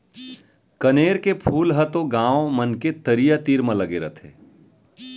कनेर के फूल ह तो गॉंव मन के तरिया तीर म लगे रथे